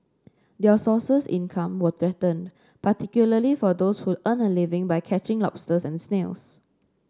their sources income were threatened particularly for those who earn a living by catching lobsters and snails